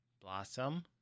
Blossom